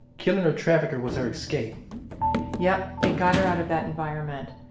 killing her trafficker was her escape yep. it got her out of that environment,